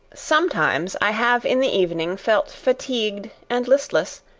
sometimes, i have in the evening felt fatigued and listless,